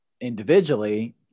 individually